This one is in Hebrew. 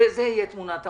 זו תהיה תמונת המצב.